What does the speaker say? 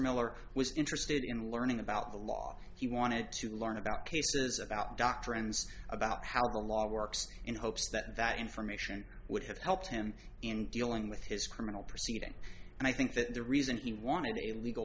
miller was interested in learning about the law he wanted to learn about cases about doctrines about how our law works in hopes that that information would have helped him in dealing with his criminal proceeding and i think that the reason he wanted a legal